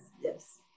yes